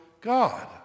God